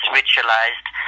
ritualized